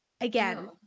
Again